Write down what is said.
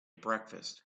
breakfast